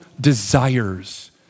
desires